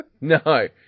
No